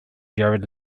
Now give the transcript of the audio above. jared